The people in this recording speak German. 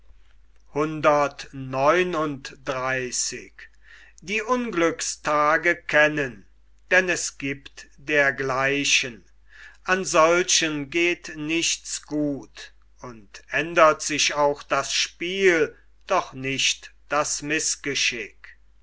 denn es giebt dergleichen an solchen geht nichts gut und ändert sich auch das spiel doch nicht das mißgeschick